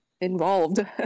involved